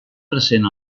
present